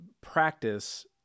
practice